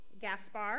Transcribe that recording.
Gaspar